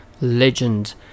Legend